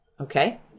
Okay